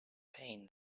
pain